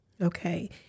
Okay